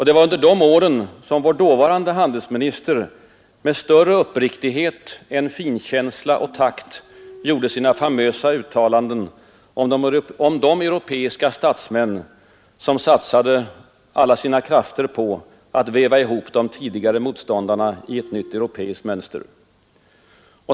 Det var under dessa år som vår dåvarande handelsminister med större uppriktighet än finkänsla och takt gjorde sina famösa uttalanden om de europeiska statsmän, som satsade alla sina krafter på att väva ihop de tidigare motståndarna i ett nytt europeiskt mönster.